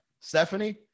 Stephanie